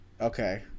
Okay